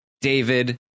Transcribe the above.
David